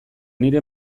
nire